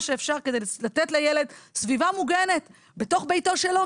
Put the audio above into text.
שאפשר כדי לתת לילד סביבה מוגנת בתוך ביתו שלו,